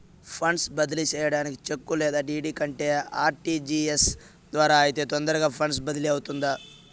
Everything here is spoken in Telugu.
ఫండ్స్ బదిలీ సేయడానికి చెక్కు లేదా డీ.డీ కంటే ఆర్.టి.జి.ఎస్ ద్వారా అయితే తొందరగా ఫండ్స్ బదిలీ అవుతుందా